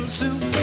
suit